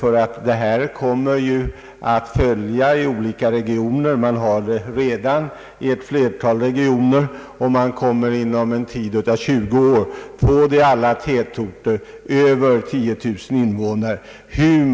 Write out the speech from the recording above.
Man har detta trafikproblem i ett flertal regioner, och man kommer att få det inom 20 år i alla tätorter med över 10 000 invånare.